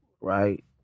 right